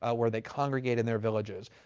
ah where they congregate in their villages.